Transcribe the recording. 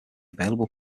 available